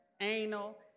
anal